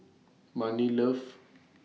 Marni loves Monsunabe